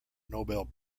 nobel